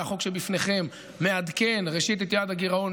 החוק שבפניכם מעדכן ראשית את יעד הגירעון,